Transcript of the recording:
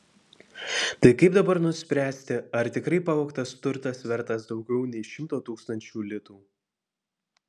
tai kaip dabar nuspręsti ar tikrai pavogtas turtas vertas daugiau nei šimto tūkstančių litų